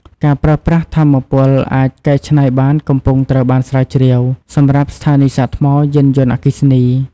ការប្រើប្រាស់ថាមពលអាចកែច្នៃបានកំពុងត្រូវបានស្រាវជ្រាវសម្រាប់ស្ថានីយ៍សាកថ្មយានយន្តអគ្គីសនី។